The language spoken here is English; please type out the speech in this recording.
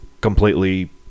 completely